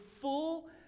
full